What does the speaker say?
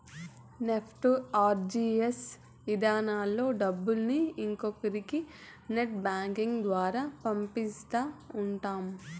NEFT, RTGS ఇధానాల్లో డబ్బుల్ని ఇంకొకరి నెట్ బ్యాంకింగ్ ద్వారా పంపిస్తా ఉంటాం